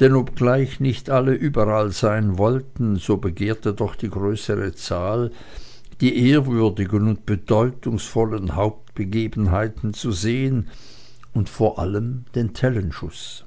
denn obgleich nicht alle überall sein wollten so begehrte doch die größere zahl die ehrwürdigen und bedeutungsvollen hauptbegebenheiten zu sehen und vor allem den tellenschuß